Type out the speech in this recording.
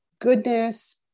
goodness